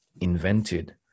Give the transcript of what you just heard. invented